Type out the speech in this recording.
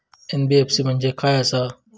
NBFC म्हणजे खाय आसत?